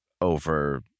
over